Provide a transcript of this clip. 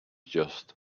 just